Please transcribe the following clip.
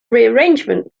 rearrangement